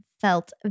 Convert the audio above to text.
felt